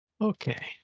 Okay